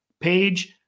page